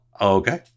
okay